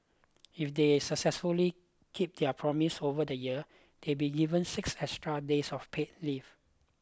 if they successfully keep their promise over the year they'll be given six extra days of paid leave